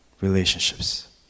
relationships